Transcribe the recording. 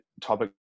topic